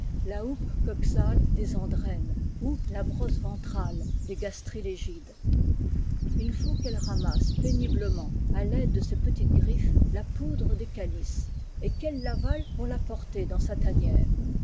coxale des andrenes ou la brosse ventrale d le progrès de l'espèce gàstrilégides il faut qu'elle ramasse péniblement à taide de ses petites griffes la poudre des calices et qu'elle tavale pour la porter dans sa tanière